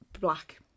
black